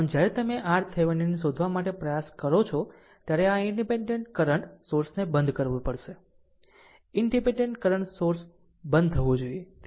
આમ જ્યારે તમે RThevenin શોધવા માટે પ્રયાસ કરો છો ત્યારે આ ઈનડીપેનડેન્ટ કરંટ સોર્સને બંધ કરવો જોઈએ ઈનડીપેનડેન્ટ કરંટ સોર્સ બંધ થવો જોઈએ